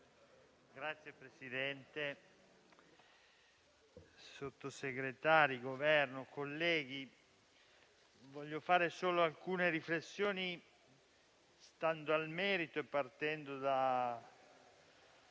Signor Presidente, signori membri del Governo, colleghi, voglio fare solo alcune riflessioni stando al merito e partendo da